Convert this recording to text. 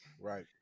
Right